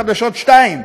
חדשות 2,